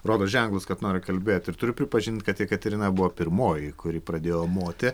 rodo ženklus kad nori kalbėti ir turiu pripažint kad jekaterina buvo pirmoji kuri pradėjo moti